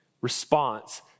response